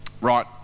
right